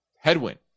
headwind